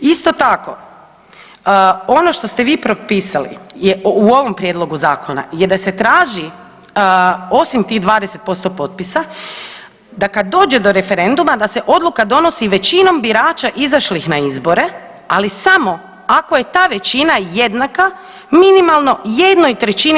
Isto tako, ono što ste vi propisali je u ovom prijedlogu zakona je da se traži osim tih 20% potpisa da kad dođe do referenduma da se odluka donosi većinom birača izašlih na izbore ali samo ako je ta većina jednaka minimalno 1/